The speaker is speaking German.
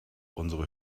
unsere